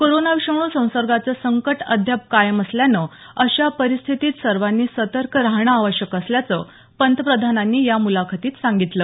corona विषाणू संसर्गाचं संकट अद्याप कायम असल्यानं अशा परिस्थितीत सर्वांनी सतर्क राहणं आवश्यक असल्याचं पंतप्रधानांनी या मुलाखतीत सांगितलं